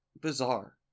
bizarre